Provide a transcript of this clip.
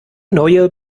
neue